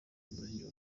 umurenge